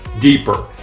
deeper